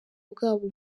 bwabo